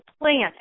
planet